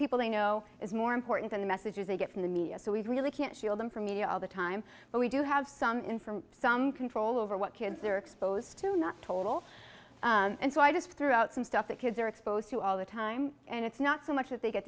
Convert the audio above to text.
people they know is more important than the messages they get from the media so we really can't shield them from media all the time but we do have some in from some control over what kids are exposed to not total and so i just threw out some stuff that kids are exposed to all the time and it's not so much that they get